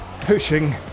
pushing